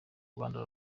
rwanda